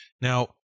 Now